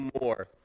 more